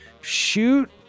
shoot